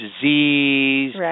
disease